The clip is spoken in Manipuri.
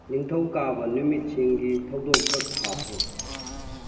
ꯅꯤꯡꯊꯧꯀꯥꯕ ꯅꯨꯃꯤꯠꯁꯤꯡꯒꯤ ꯊꯧꯗꯣꯛꯈꯛ ꯍꯥꯞꯄꯨ